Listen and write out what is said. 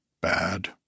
Bad